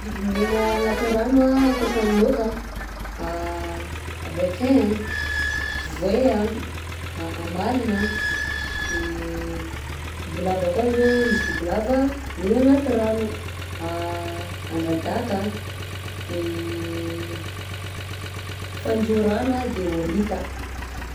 Biby miegna agnaty rano ankaotran'ny laoka an: requin, voe, amalogna, de bibilava koà zao misy bibilava miegna agnaty rano, andradaka, de fandio rano, de aorita.